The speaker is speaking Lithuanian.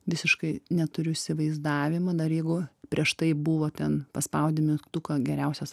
visiškai neturiu įsivaizdavimo dar jeigu prieš tai buvo ten paspaudi mygtuką geriausias